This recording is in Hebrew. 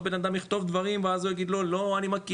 אותו בנאדם יכתוב דברים ואז הוא יגיד אני מכיר,